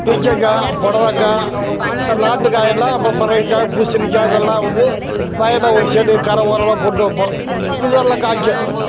பீர்க்கங்கா புடலங்கா இந்த நாட்டு காய் எல்லாம் அப்புறம் பரங்கிக்காய் பூசணிக்காய் இதெல்லாம் வந்து வயலில் ஒரு சைடு கரை ஓரமாக போட்டு வைப்போம் இது நல்லா காய்க்கும்